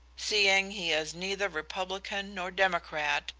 seeing he is neither republican nor democrat,